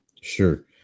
sure